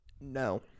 No